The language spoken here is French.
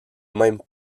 même